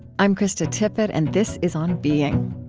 i'm krista tippett, and this is on being